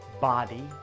body